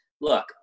look